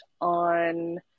on